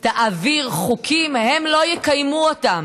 תעביר חוקים, הם לא יקיימו אותם.